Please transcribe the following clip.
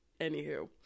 anywho